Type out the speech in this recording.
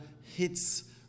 hits